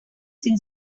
sin